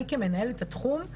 לי כמנהלת התחום,